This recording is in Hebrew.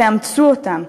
תאמצו אותם,